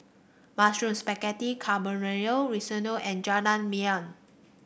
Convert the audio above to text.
Mushroom Spaghetti Carbonara Risotto and Jajangmyeon